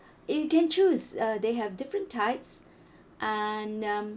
you can choose uh they have different types and um